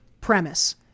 premise